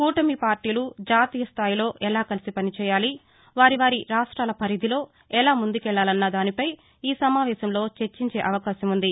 కూటమి పార్టీలు జాతీయ స్థాయిలో ఎలా కలిసి పనిచేయాలి వారివారి రాష్టాల పరిధిలో ఎలా ముందుకెళ్లాలన్న దానిపై ఈ సమావేశంలో చర్చించే అవకాశం ఉంది